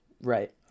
Right